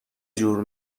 جور